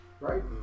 right